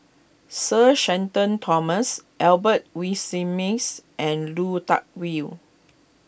Sir Shenton Thomas Albert Winsemius and Lui Tuck wale